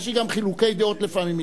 יש לי גם חילוקי דעות אתו לפעמים.